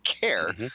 care